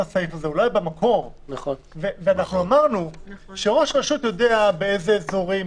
הסעיף הזה ואנחנו אמרנו שראש רשות יודע באיזה אזורים.